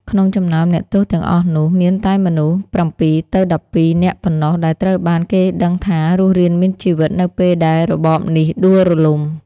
ក្នុងចំណោមអ្នកទោសទាំងអស់នោះ មានតែមនុស្ស ៧ទៅ១២ នាក់ប៉ុណ្ណោះដែលត្រូវបានគេដឹងថារស់រានមានជីវិតនៅពេលដែលរបបនេះដួលរលំ។